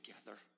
together